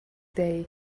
day